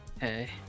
Hey